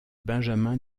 benjamin